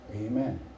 Amen